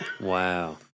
Wow